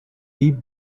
deep